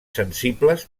sensibles